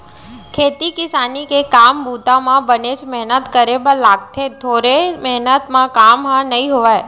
खेती किसानी के काम बूता म बनेच मेहनत करे बर लागथे थोरे मेहनत म काम ह नइ होवय